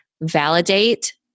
validate